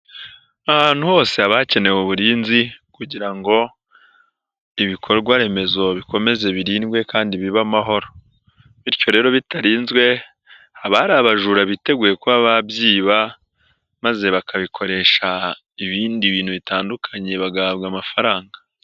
Ahantu hose hakenewe uburinzi kugira ngo ibikorwa remezo bikomeze birindwe kandi bibe amahoro. Bityo rero bitarinzwe, haba hari abajura biteguye kuba babyiba maze bakabikoresha ibindi bintu bitandukanye, bagahabwa amafaranga.